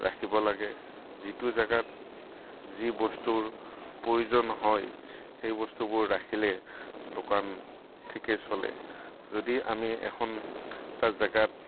ৰাখিব লাগে যিটো জেগাত যি বস্তুৰ প্ৰয়োজন হয় সেই বস্তুবোৰ ৰাখিলে দোকান ঠিকে চলে যদি আমি এখন এটা জেগাত